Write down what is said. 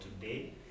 today